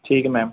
ਠੀਕ ਹੈ ਮੈਮ